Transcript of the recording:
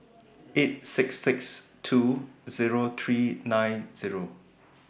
eight six six two Zero three nine Zero